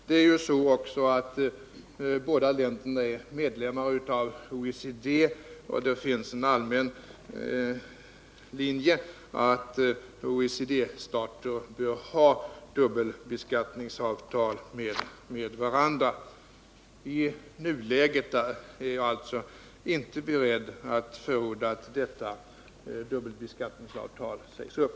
Dessutom är båda länderna medlemmar av = skattebrott OECD, och det finns en allmän linje som innebär att OECD-stater bör ha dubbelbeskattningsavtal med varandra. I nuläget är jag alltså inte beredd att förorda att detta dubbelbeskattningsavtal sägs upp.